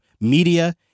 media